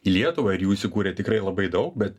į lietuvą ir jų įsikūrė tikrai labai daug bet